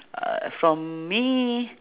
uh from me